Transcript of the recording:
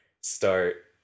start